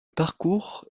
parcours